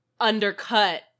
undercut